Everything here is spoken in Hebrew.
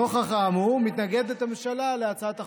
נוכח האמור מתנגדת הממשלה להצעת החוק.